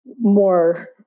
more